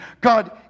God